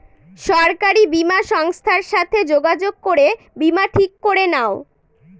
সরকারি বীমা সংস্থার সাথে যোগাযোগ করে বীমা ঠিক করে নাও